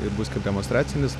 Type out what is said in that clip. ir bus kaip demonstracinis